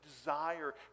desire